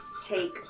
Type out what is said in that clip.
Take